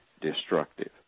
destructive